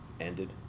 ended